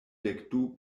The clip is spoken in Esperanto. dekdu